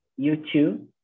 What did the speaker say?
YouTube